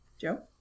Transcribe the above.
joe